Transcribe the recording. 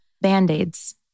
Band-Aids